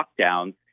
lockdowns